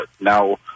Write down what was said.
now